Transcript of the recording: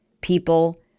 people